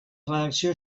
redacció